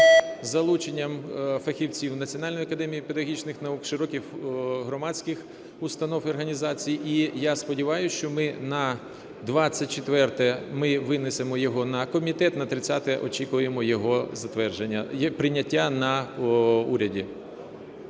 із залученням фахівців Національної академії педагогічних наук, широких громадських установ і організацій. І я сподіваюсь, що ми на 24-е ми винесемо його на комітет, на 30-е очікуємо його затвердження і прийняття на уряді.